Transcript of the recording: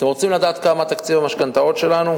אתם רוצים לדעת כמה תקציב המשכנתאות שלנו?